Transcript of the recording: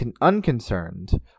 unconcerned